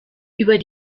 über